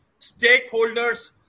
stakeholders